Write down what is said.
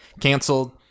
canceled